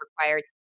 required